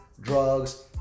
drugs